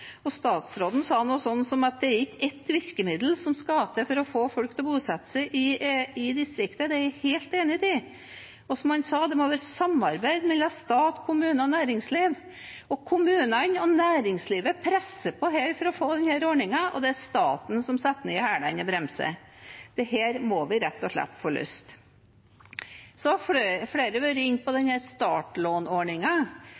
Statsråden sa noe slikt som at det ikke er ett virkemiddel som skal til for å få folk til å bosette seg i distriktet. Det er jeg helt enig i. Og som han sa: Det må være et samarbeid mellom stat, kommune og næringsliv. Kommunene og næringslivet presser på for å få denne ordningen, det er staten som setter ned hælen og bremser. Dette må vi rett og slett få løst. Flere har vært inne på